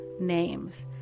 names